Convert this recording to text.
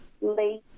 late